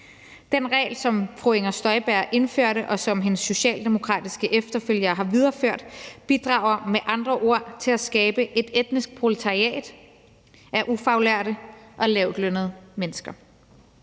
Den regel, som fru Inger Støjberg indførte, og som hendes socialdemokratiske efterfølgere har videreført, bidrager med andre ord til at skabe et etnisk proletariat af ufaglærte og lavtlønnede mennesker.